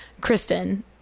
Kristen